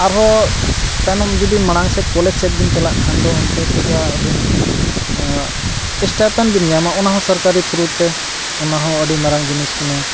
ᱟᱨᱦᱚᱸ ᱛᱟᱭᱱᱚᱢ ᱡᱩᱫᱤ ᱢᱟᱲᱟᱝ ᱥᱮᱫ ᱠᱚᱞᱮᱡᱽ ᱥᱮᱫ ᱵᱮᱱ ᱪᱟᱞᱟᱜ ᱠᱷᱟᱱ ᱫᱚ ᱚᱱᱛᱮ ᱠᱷᱚᱱᱟᱜ ᱟᱹᱵᱤᱱ ᱥᱴᱟᱭᱯᱷᱮᱱ ᱵᱤᱱ ᱧᱟᱢᱟ ᱚᱱᱟ ᱦᱚᱸ ᱥᱚᱨᱠᱟᱨᱤ ᱛᱷᱨᱩ ᱛᱮ ᱚᱱᱟ ᱦᱚᱸ ᱟᱹᱰᱤ ᱢᱟᱨᱟᱝ ᱡᱤᱱᱤᱥ ᱠᱟᱱᱟ